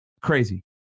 Crazy